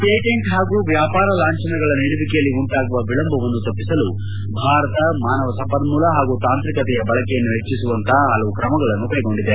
patent ಹಾಗೂ ವ್ಯಾಪಾರ ಲಾಂಛನಗಳ ನೀಡುವಿಕೆಯಲ್ಲಿ ಉಂಟಾಗುವ ವಿಳಂಬವನ್ನು ತಪ್ಪಿಸಲು ಭಾರತ ಮಾನವ ಸಂಪನ್ನೂಲ ಹಾಗೂ ತಾಂತ್ರಿಕತೆಯ ಬಳಕೆಯನ್ನು ಹೆಚ್ಚಿಸುವಂತಹ ಹಲವು ಕ್ರಮಗಳನ್ನು ಕೈಗೊಂಡಿದೆ